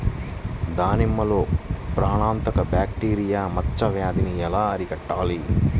దానిమ్మలో ప్రాణాంతక బ్యాక్టీరియా మచ్చ వ్యాధినీ ఎలా అరికట్టాలి?